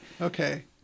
Okay